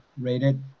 rated